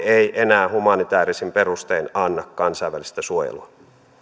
ei enää humanitäärisin perustein anna kansainvälistä suojelua